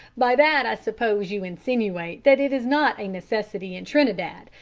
by that i suppose you insinuate that it is not a necessity in trinidad,